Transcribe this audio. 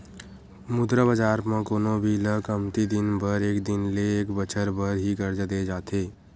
मुद्रा बजार म कोनो भी ल कमती दिन बर एक दिन ले एक बछर बर ही करजा देय जाथे